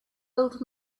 old